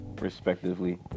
respectively